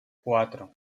cuatro